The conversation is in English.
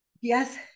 Yes